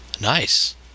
Nice